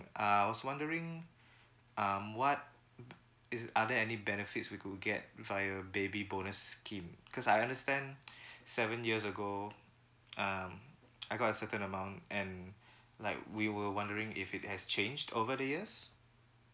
uh I was wondering um what is are there any benefits we could get via baby bonus scheme because I understand seven years ago um I got a certain amount and like we were wondering if it has changed over the years